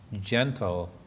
gentle